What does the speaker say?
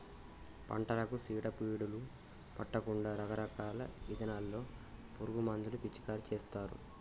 పంటలకు సీడ పీడలు పట్టకుండా రకరకాల ఇథానాల్లో పురుగు మందులు పిచికారీ చేస్తారు